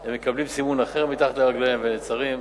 הם מקבלים סימון אחר מתחת לרגליהם ונעצרים,